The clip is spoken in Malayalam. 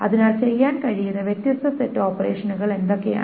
അതിനാൽ ചെയ്യാൻ കഴിയുന്ന വ്യത്യസ്ത സെറ്റ് ഓപ്പറേഷനുകൾ എന്തൊക്കെയാണ്